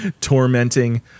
tormenting